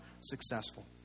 successful